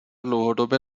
dlouhodobě